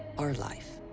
our life,